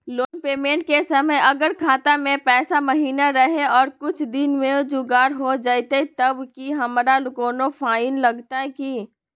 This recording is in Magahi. लोन पेमेंट के समय अगर खाता में पैसा महिना रहै और कुछ दिन में जुगाड़ हो जयतय तब की हमारा कोनो फाइन लगतय की?